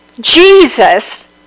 Jesus